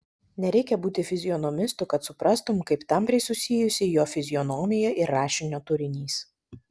nereikia būti fizionomistu kad suprastum kaip tampriai susijusi jo fizionomija ir rašinio turinys